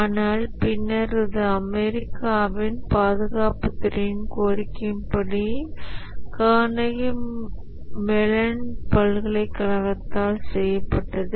ஆனால் பின்னர் இது அமெரிக்காவின் பாதுகாப்புத் துறையின் கோரிக்கை படி கார்னகி மெலன் பல்கலைக்கழகத்தால் செய்யப்பட்டது